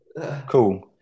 Cool